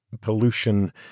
pollution